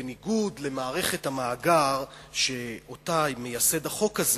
בניגוד למערכת המאגר שאותה מייסד החוק הזה,